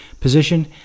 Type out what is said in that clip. position